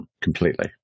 completely